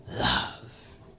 love